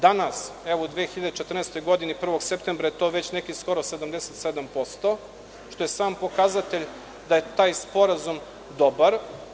Danas, evo u 2014. godini 1. septembra je to već nekih skoro 77%, što je sam pokazatelj da je taj sporazum dobar.